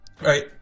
Right